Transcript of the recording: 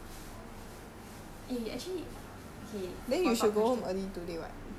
eh actually okay food for thought question food for thought question